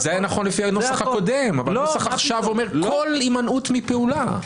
זה היה נכון לפי הנוסח הקודם אבל הנוסח עכשיו אומר כל הימנעות מפעולה.